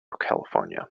california